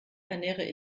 ernähre